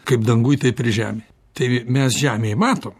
kaip danguj taip ir žemėj tai mes žemėj matom